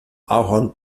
ahorn